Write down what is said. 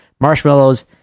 marshmallows